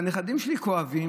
והנכדים שלי כואבים,